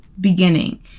beginning